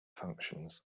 functions